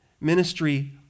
Ministry